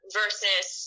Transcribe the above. versus